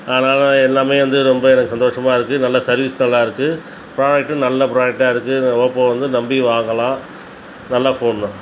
அதனால எல்லாமே வந்து ரொம்ப எனக்கு சந்தோசமாக இருக்குது நல்ல சர்விஸ் நல்லாருக்குது ப்ராடெக்ட்டும் நல்ல ப்ராடெக்ட்டாக இருக்குது ஒப்போ வந்து நம்பி வாங்கலாம் நல்ல ஃபோன் தான்